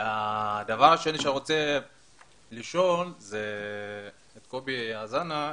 הדבר השני שאני רוצה לשאול הוא את קובי זנה,